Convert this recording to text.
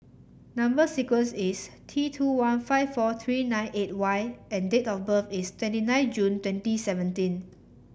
number sequence is T two one five four three nine eight Y and date of birth is twenty nine June twenty seventeen